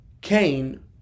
Cain